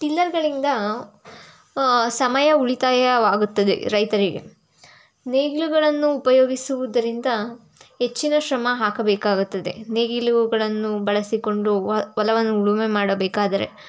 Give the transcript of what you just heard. ಟಿಲ್ಲರ್ಗಳಿಂದ ಸಮಯ ಉಳಿತಾಯವಾಗುತ್ತದೆ ರೈತರಿಗೆ ನೇಗಿಲುಗಳನ್ನು ಉಪಯೋಗಿಸುವುದರಿಂದ ಹೆಚ್ಚಿನ ಶ್ರಮ ಹಾಕಬೇಕಾಗುತ್ತದೆ ನೇಗಿಲುಗಳನ್ನು ಬಳಸಿಕೊಂಡು ಹೊಲವನ್ನು ಉಳುಮೆ ಮಾಡಬೇಕಾದರೆ